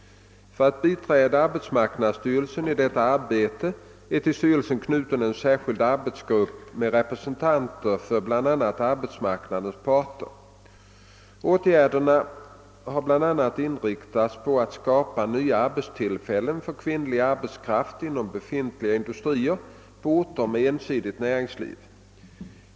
För att biträda arbetsmarknadsstyrelsen i detta arbete är till styrelsen knuten en särskild arbetsgrupp med representanter för bl.a. arbetsmarknadens parter. Åtgärderna har bl.a. inriktats på att skapa nya arbetstillfällen för kvinnlig arbetskraft inom befintliga industrier på orter med ensidigt näringsliv.